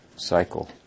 cycle